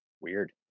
Weird